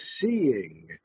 seeing